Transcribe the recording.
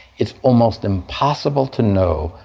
it's almost impossible to know,